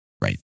Right